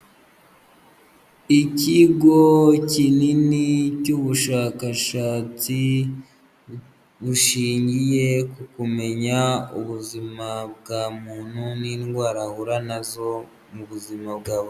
Ikigo kinini cy'ubushakashatsi bushingiye ku kumenya ubuzima bwa muntu n'indwara ahura nazo mu buzima bwa.